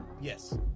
yes